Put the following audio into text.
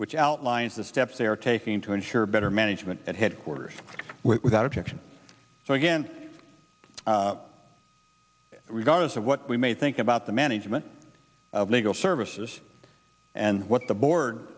which outlines the steps they are taking to ensure better management at headquarters without objection so again regardless of what we may think about the management of legal services and what the board